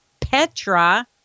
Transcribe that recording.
Petra